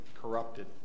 corrupted